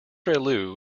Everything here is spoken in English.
relu